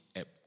app